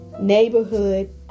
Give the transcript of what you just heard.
neighborhood